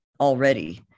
already